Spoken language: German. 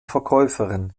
verkäuferin